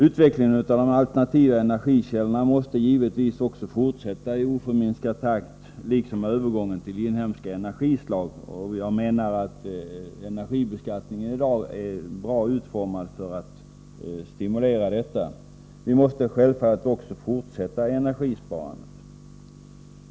Utvecklingen av de alternativa energikällorna måste givetvis också fortsätta i oförminskad takt, liksom övergången till inhemska energislag. Jag menar att energibeskattningen i dag är bra utformad för att stimulera detta. Vi måste självfallet också fortsätta energisparandet.